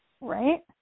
Right